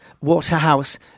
Waterhouse